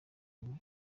ubu